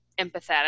empathetic